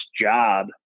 job